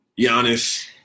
Giannis